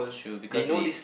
true because they